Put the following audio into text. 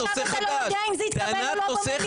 אבל עכשיו אתה לא יודע אם זה יתקבל או לא במליאה.